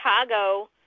Chicago